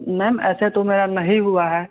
ma'am ऐसा तो मेरा नहीं हुआ है